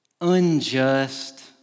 unjust